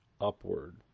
upward